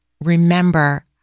remember